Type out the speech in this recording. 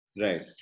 Right